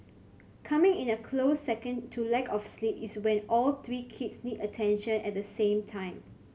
coming in a close second to lack of sleep is when all three kids need attention at the same time